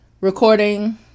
recording